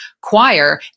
choir